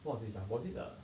what's this ah was it err